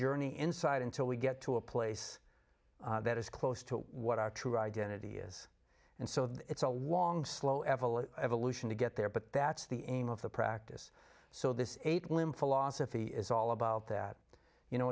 journey inside until we get to a place that is close to what our true identity is and so it's a long slow evolution evolution to get there but that's the aim of the practice so this eight limb philosophy is all about that you know